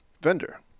vendor